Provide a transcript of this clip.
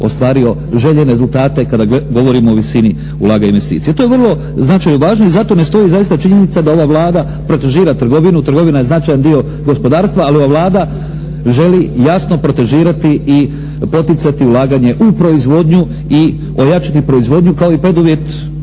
ova Vlada protežira trgovinu. Trgovina je značajan dio gospodarstva, ali ova Vlada želi jasno protežirati i poticati ulaganje u proizvodnju i ojačati proizvodnju kao i preduvjet